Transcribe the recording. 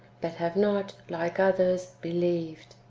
but have not, like others, believed.